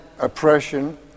oppression